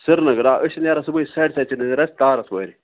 سریٖنگر آ أسۍ چھِ نیران صُبحٲے ساڑِ سَتہِ چھِ نیران أسۍ تارَس پورِ